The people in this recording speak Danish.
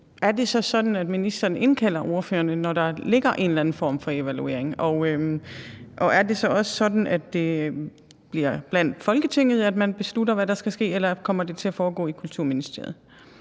Er det så sådan, at ministeren indkalder ordførerne, når der ligger en eller anden form for evaluering? Og er det også sådan, at det bliver i Folketinget, man beslutter, hvad der skal ske, eller kommer det til at foregå i Kulturministeriet?